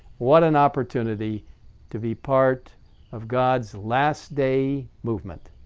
what an opportunity to be part of god's last day movement,